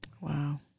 Wow